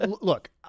look